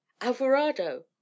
alvarado